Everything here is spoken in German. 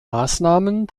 maßnahmen